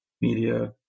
media